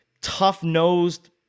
tough-nosed